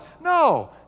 No